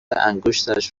انگشتش